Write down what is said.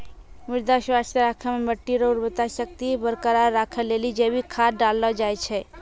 मृदा स्वास्थ्य राखै मे मट्टी रो उर्वरा शक्ति बरकरार राखै लेली जैविक खाद डाललो जाय छै